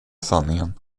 sanningen